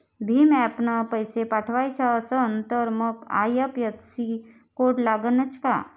भीम ॲपनं पैसे पाठवायचा असन तर मंग आय.एफ.एस.सी कोड लागनच काय?